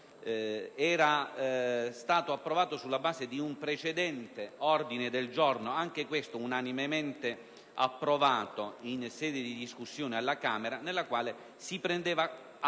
era stato adottato sulla base di un precedente ordine del giorno, anche questo unanimemente approvato in sede di discussione alla Camera, nel quale si prendeva atto